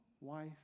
wife